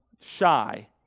shy